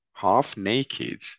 half-naked